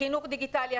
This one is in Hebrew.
חינוך דיגיטלי.